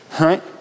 right